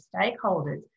stakeholders